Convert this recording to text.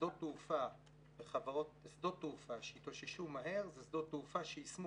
שדות תעופה שהתאוששו מהר הם שדות תעופה שיישמו